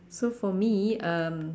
so for me um